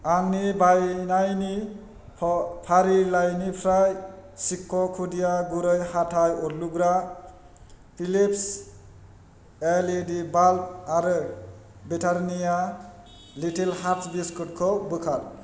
आंनि बायनायनि फारिलाइनिफ्राय चिक' खुदिया गुरै हाथाइ अरलुग्रा फिलिप्स एलइडि बाल्ब आरो ब्रिटेन्निया लिटिल हार्टस बिस्कुटखौ बोखार